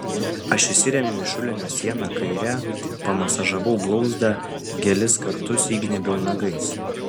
aš įsirėmiau į šulinio sieną kaire pamasažavau blauzdą gelis kartus įgnybiau nagais